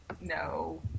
no